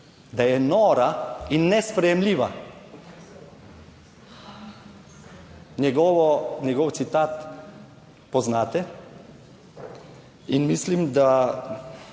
da je nora in nesprejemljiva. Njegovo, njegov citat poznate in mislim, da